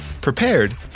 prepared